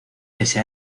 pese